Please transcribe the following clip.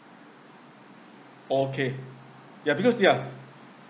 okay yeah because yeah